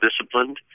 disciplined